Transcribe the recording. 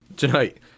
Tonight